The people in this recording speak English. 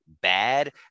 bad